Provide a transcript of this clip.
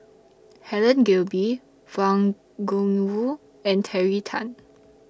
Helen Gilbey Wang Gungwu and Terry Tan